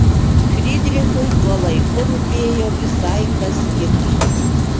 frydrichui tuo laiku rūpėjo visai kas kita